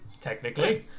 technically